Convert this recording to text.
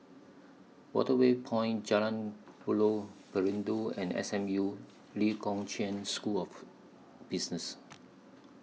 Waterway Point Jalan Buloh Perindu and S M U Lee Kong Chian School of Business